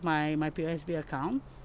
my my P_O_S_B account